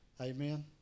Amen